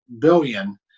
billion